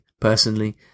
personally